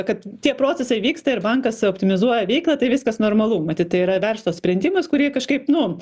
kad tie procesai vyksta ir bankas optimizuoja veiklą tai viskas normalu matyt tai yra verslo sprendimas kurį kažkaip nu